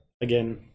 Again